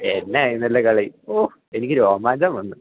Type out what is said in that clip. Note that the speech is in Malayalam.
എന്നാരിന്നല്ലേ കളി ഓ എനിക്ക് രോമാഞ്ചം വന്ന്